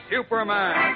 Superman